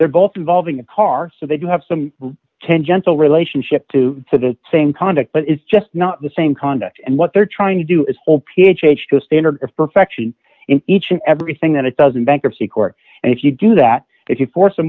they're both involving a car so they do have some ten gentle relationship two to the same conduct but it's just not the same conduct and what they're trying to do is hope a change to a standard of perfection in each and everything that it doesn't bankruptcy court and if you do that if you force a